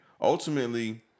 ultimately